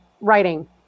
writing